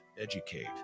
educate